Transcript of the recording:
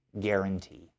guarantee